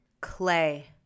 Clay